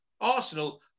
Arsenal